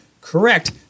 Correct